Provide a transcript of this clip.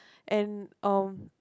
and um